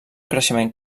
creixement